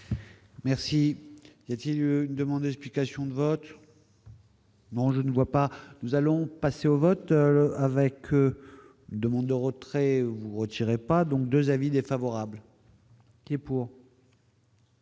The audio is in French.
Merci, y a-t-il une demande explication de vote. Bon, je ne vois pas, nous allons passer au vote, avec demande de retrait ou autres iraient pas donc 2 avis défavorables. Qui est contre